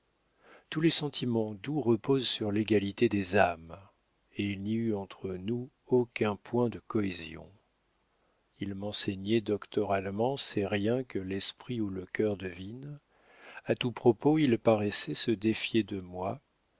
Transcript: tous les sentiments doux reposent sur l'égalité des âmes et il n'y eut entre nous aucun point de cohésion il m'enseignait doctoralement ces riens que l'esprit ou le cœur devinent à tout propos il paraissait se défier de moi